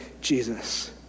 Jesus